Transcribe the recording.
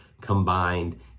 combined